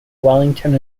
wellington